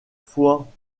fouan